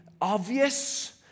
obvious